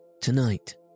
Tonight